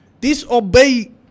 disobey